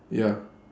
ya